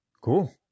cool